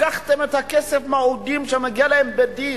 לקחתם מהעובדים את הכסף שמגיע להם בדין.